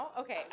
Okay